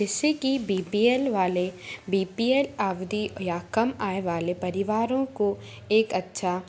जिससे कि B P L वाले बी पी एल आबादी या कम आय वाले परिवारों को एक अच्छा